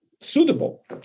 suitable